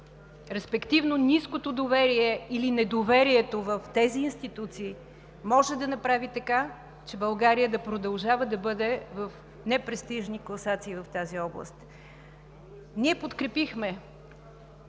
респективно ниското доверие или недоверието в тези институции може да направи така, че България да продължава да бъде в непрестижни класации в тази област. Ние подкрепихме